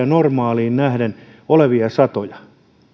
normaaliin nähden keskinkertaisia satoja